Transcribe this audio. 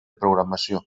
programació